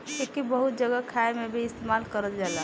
एइके बहुत जगह खाए मे भी इस्तेमाल करल जाला